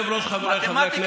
זה בסך הכול מתמטיקה,